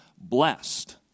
blessed